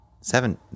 Seven